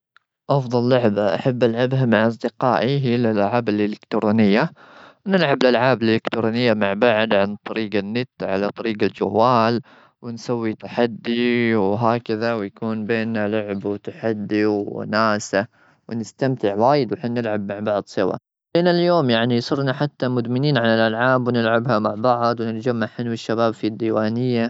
أفضل لعبة أحب ألعبها مع أصدقائي هي الألعاب الإلكترونية. نلعب الألعاب الإلكترونية مع بعض عن طريق النت، على طريق الجوال. ونسوي تحدي وهكذا، ويكون بيننا لعب وتحدي وناسة. ونستمتع وايد وحين نلعب مع بعض سوا. إلى اليوم يعني صرنا حتى مدمنين على الألعاب، ونلعبها مع بعض. ونجمع حلو الشباب في الديوانية.